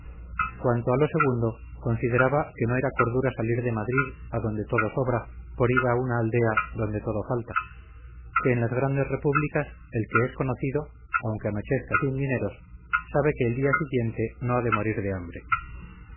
cuanto a lo segundo consideraba que no era cordura salir de madrid a donde todo sobra por ir a una aldea donde todo falta que en las grandes repúblicas el que es conocido aunque anochezca sin dineros sabe que el día siguiente no ha de morir de hambre